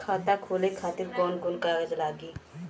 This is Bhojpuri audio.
खाता खोले खातिर कौन कौन कागज लागी?